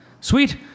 Sweet